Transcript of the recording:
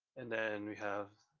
and then we have